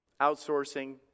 Outsourcing